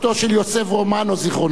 זיכרונו לברכה,